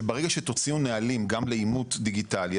שברגע שתוציאו נהלים גם לאימות דיגיטלי,